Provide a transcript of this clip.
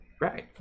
Right